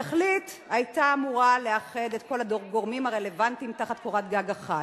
התכלית היתה אמורה לאחד את כל הגורמים הרלוונטיים תחת קורת גג אחת,